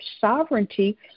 Sovereignty